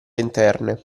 interne